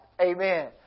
Amen